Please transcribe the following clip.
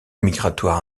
migratoire